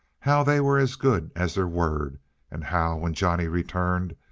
how they were as good as their word and how, when johnny returned,